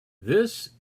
this